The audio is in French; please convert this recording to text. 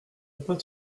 pas